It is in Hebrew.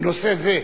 בנושא זה,